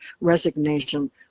resignation